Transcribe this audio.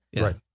Right